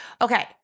Okay